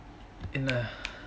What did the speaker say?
என்ன:enna